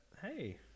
hey